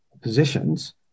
positions